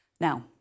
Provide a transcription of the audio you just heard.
Now